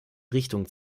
richtung